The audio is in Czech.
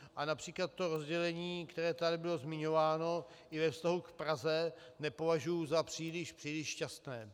A například to rozdělení, které tady bylo zmiňováno i ve vztahu k Praze, nepovažuji za příliš, příliš šťastné.